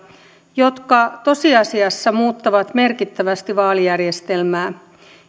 jotka tosiasiassa muuttavat merkittävästi vaalijärjestelmää